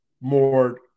more